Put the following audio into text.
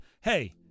hey